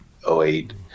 08